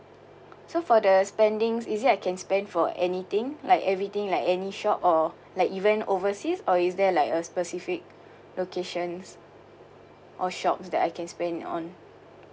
so for the spending is it I can spend for anything like everything like any shop or like even overseas or is there like a specific locations or shops that I can spend on